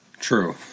True